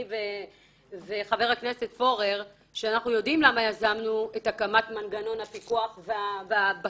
אני וחבר הכנסת פורר יודעים למה יזמנו את הקמת מנגנון הפיקוח והבקרה.